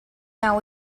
now